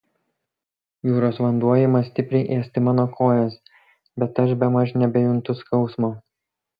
jūros vanduo ima stipriai ėsti mano kojas bet aš bemaž nebejuntu skausmo